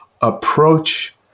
approach